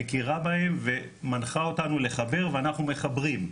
מכירה בהם ומנחה אותנו לחבר ואנחנו מחברים.